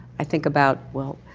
i think about, well,